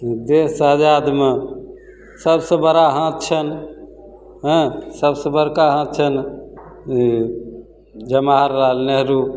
देश आजादमे सबसे बड़ा हाथ छनि हँ सबसे बड़का हाथ छनि जवाहरलाल नेहरू